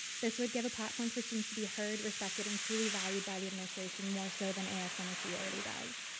this would give a platform for students to be heard, respected and truly valued by the administration more so than asmsu already does.